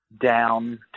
down